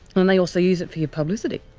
then they also use it for your publicity?